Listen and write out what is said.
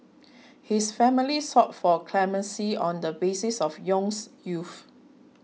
his family sought for clemency on the basis of Yong's youth